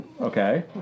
Okay